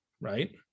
right